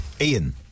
Ian